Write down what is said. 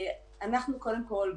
קודם כל,